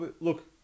look